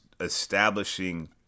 establishing